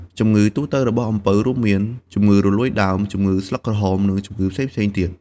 ជំងឺទូទៅរបស់អំពៅរួមមាន ជំងឺរលួយដើម ជំងឺស្លឹកក្រហម និងជំងឺផ្សេងៗទៀត។